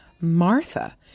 Martha